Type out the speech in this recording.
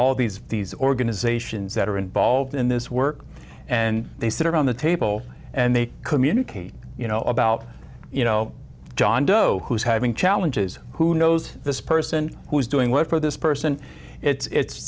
all these these organizations that are involved in this work and they sit around the table and they communicate you know about you know john doe who's having challenges who knows this person who's doing what for this person it's